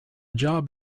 job